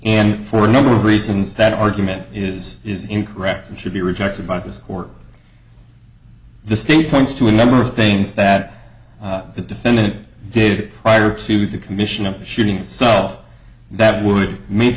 and for a number of reasons that argument is is incorrect and should be rejected by this court the state points to a number of things that the defendant did prior to the commission of the shooting itself that would make